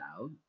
out